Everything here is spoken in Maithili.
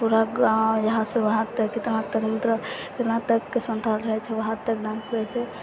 पूरा गाँव यहाँ से वहाॅं तक इतना तक मतलब जहाँ तक संथाल रहै छै वहां तक डांस करै छै